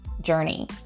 journey